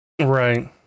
Right